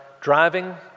driving